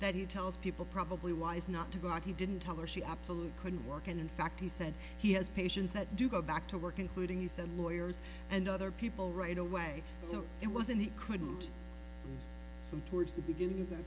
that he tells people probably wise not to go out he didn't tell her she absolutely couldn't walk and in fact he said he has patients that do go back to work including he said lawyers and other people right away so it wasn't he couldn't go towards the beginning of the